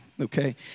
okay